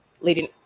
leading